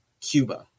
Cuba